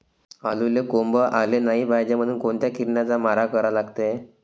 आलूले कोंब आलं नाई पायजे म्हनून कोनच्या किरनाचा मारा करा लागते?